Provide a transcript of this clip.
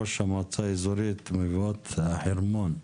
ראש המועצה האזורית מבואות החרמון.